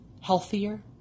healthier